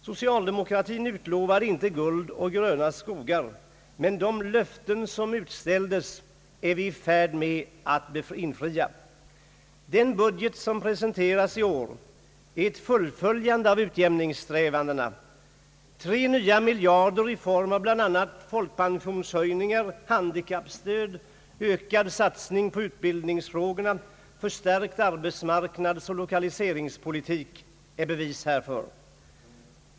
Socialdemokratin utlovade inte guld och gröna skogar, men de löften som gjordes är vi i färd med att infria. Den budget som presenterats i år är ett fullföljande av utjämningssträvandena. Tre nya miljarder i form av bl.a. folkpensionshöjningar, handikappstöd, ökad satsning på utbildningsfrågorna, förstärkt arbetsmarknad och lokaliseringspolitik är bevis härför.